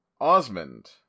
Osmond